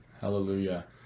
Hallelujah